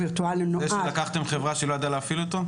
זה שלקחתם חברה שלא ידעה להפעיל אותו?